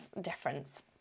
difference